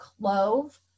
clove